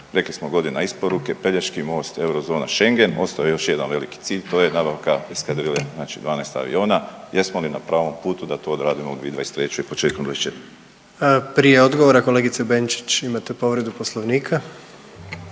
rekli smo, godina isporuke, Pelješki most, eurozona, Schengen, ostao je još jedan veliki cilj, to je nabavka eskadrile znači 12 aviona. Jesmo li na pravom putu da to odradimo u 2023. i početkom '24.? **Jandroković, Gordan (HDZ)** Prije odgovora, kolegica Benčić, imate povredu Poslovnika.